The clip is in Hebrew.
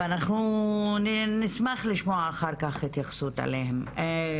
אנחנו נשמח לשמוע אחר כך התייחסות עליהם.